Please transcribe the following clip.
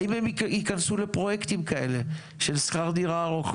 האם הם ייכנסו לפרויקטים כאלה של שכר דירה ארוך?